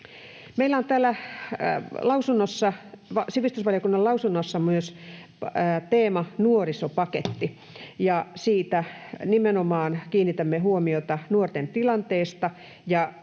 sivistysvaliokunnan lausunnossa myös teema nuorisopaketti, ja siinä nimenomaan kiinnitämme huomiota nuorten tilanteeseen